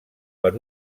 per